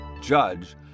judge